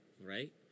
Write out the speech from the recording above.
right